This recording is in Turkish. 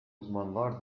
uzmanlar